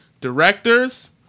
Directors